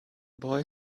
boy